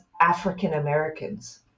African-Americans